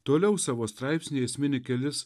toliau savo straipsnyje jis mini kelis